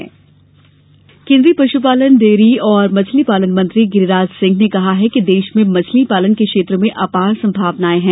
मछली पालन दिवस केन्द्रीय पशुपालन डेयरी और मछली पालन मंत्री गिरिराज सिंह ने कहा है कि देश में मछली पालन के क्षेत्र में आपार संभावनाए हैं